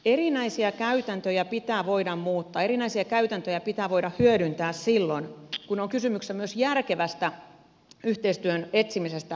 erinäisiä käytäntöjä pitää voida muuttaa erinäisiä käytäntöjä pitää voida hyödyntää silloin kun on kysymys myös järkevästä yhteistyön etsimisestä valtion sisällä